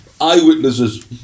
eyewitnesses